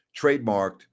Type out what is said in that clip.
trademarked